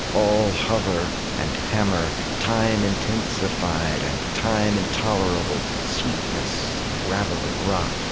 all hover and hammer, time intensified and time intolerable, sweetness raveling rot.